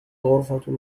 غرفة